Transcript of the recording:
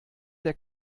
der